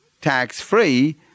tax-free